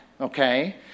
Okay